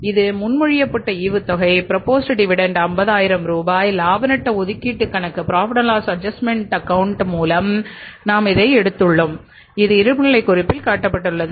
இது முன்மொழியப்பட்ட ஈவுத்தொகை 50000 ரூபாய் லாப நட்ட ஒதுக்கீட்டுக் கணக்கு மூலம் நாம் இதை எடுத்துள்ளோம் அது இருப்புநிலைக் குறிப்பில் காட்டப்பட்டுள்ளது